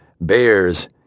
bears